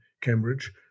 Cambridge